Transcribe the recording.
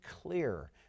clear